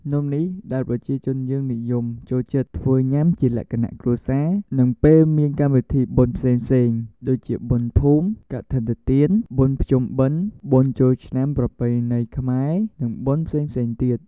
នំនេះដែលប្រជាជនយើងនិយមចូលចិត្តធ្វើញាំជាលក្ខណៈគ្រួសារនិងពេលមានកម្មវិធីបុណ្យផ្សេងៗដូចជាបុណ្យភូមិ កឋិនទាន បុណ្យភ្ជុំបិណ្ឌ បុណ្យចូលឆ្នាំប្រពៃណីខ្មែរនិងបុណ្យផ្សេងៗទៀត។